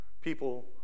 people